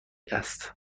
است